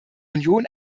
union